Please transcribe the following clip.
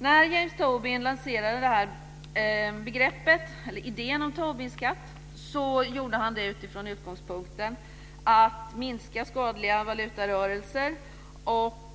När James Tobin lanserade det här begreppet, idén om Tobinskatt, gjorde han det utifrån utgångspunkten att minska skadliga valutarörelser och